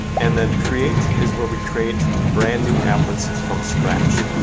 and then create is where we create brand new applets from scratch.